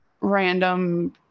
random